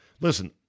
Listen